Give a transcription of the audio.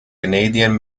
canadian